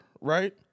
right